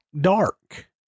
dark